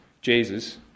Jesus